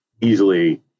easily